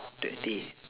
twenty